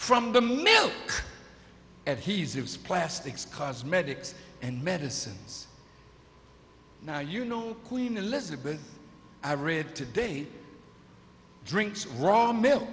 from the mail and he's it's plastics cosmetics and medicines now you know queen elizabeth i read today drinks wrong mil